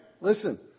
Listen